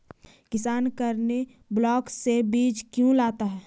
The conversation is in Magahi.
किसान करने ब्लाक से बीज क्यों लाता है?